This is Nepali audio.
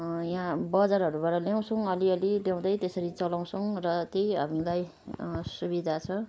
यहाँ बजारहरूबाट ल्याउछौँ अलिअलि ल्याउँदै त्यसरी चलाउँछौँ र त्यही हामीलाई सुविदा छ